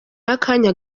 y’akanya